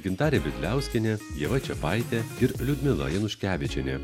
gintarė bidliauskienė ieva čiapaitė ir liudmila januškevičienė